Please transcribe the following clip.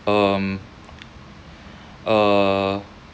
um uh